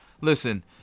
Listen